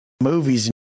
movies